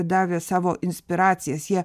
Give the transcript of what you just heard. davė savo inspiracijas jie